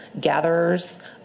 gatherers